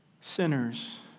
sinners